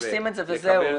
עושים את זה וזהו,